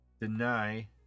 deny